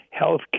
healthcare